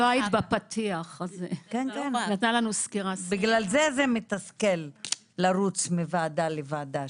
בגלל זה זה מתסכל לרוץ מוועדה לוועדה,